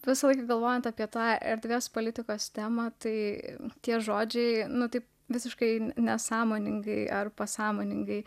visąlaik galvojant apie tą erdvės politikos temą tai tie žodžiai nu taip visiškai nesąmoningai ar pasąmoningai